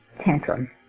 tantrum